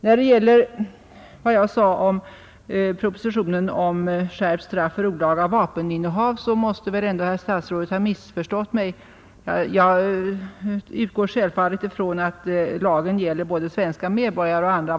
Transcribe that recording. När det gäller vad jag sade om propositionen om skärpt straff för olaga vapeninnehav måste väl ändå herr statsrådet ha missförstått mig. Jag utgår självfallet från att lagen gäller både svenska medborgare och andra.